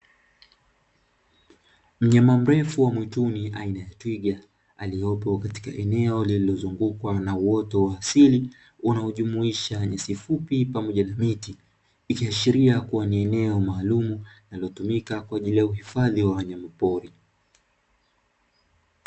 Mnyama mrefu wa mwituni aina ya twiga, aliyepo katika eneo linalozungukwa na uoto wa asili, unaojumuisha nyasi fupi pamoja na miti. Ikiashiria kuwa ni eneo maalumu linalotumika kwa ajili ya uhifadhi wa wanyamapori.